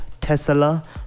Tesla